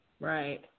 Right